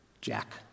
Jack